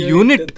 unit